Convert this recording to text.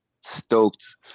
stoked